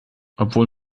obwohl